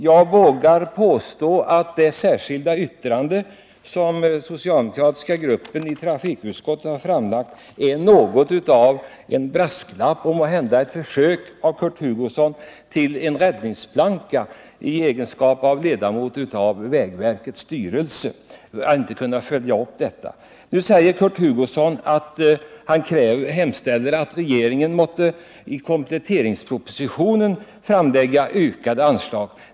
Jag vågar påstå att det särskilda yttrande som den socialdemokratiska gruppen i trafikutskottet har avgivit är något av en brasklapp och måhända ett försök av Kurt Hugosson till en räddningsplanka i hans egenskap av ledamot av vägverkets styrelse. Nu hemställer Kurt Hugosson om att regeringen måtte i kompletteringspropositionen framlägga förslag om ökade anslag.